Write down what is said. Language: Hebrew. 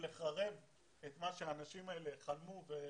לחרב את מה שהאנשים האלה חלמו ולחמו,